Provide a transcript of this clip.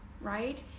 right